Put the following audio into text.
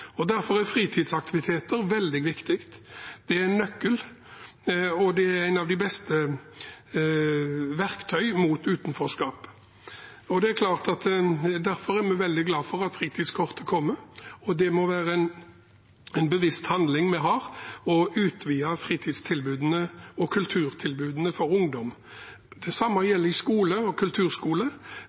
Derfor er fritidsaktiviteter veldig viktig. Det er en nøkkel, og det er et av de beste verktøyene mot utenforskap. Derfor er vi veldig glade for at fritidskortet kommer. Det må være en bevisst handling vi gjør, å utvide fritidstilbudene og kulturtilbudene for ungdom. Det samme gjelder i skolen og